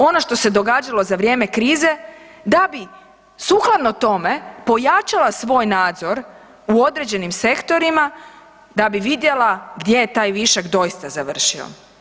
Ono što se događalo za vrijeme krize da bi sukladno tome pojačala svoj nadzor u određenim sektorima da bi vidjela gdje je taj višak doista završio.